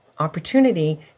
opportunity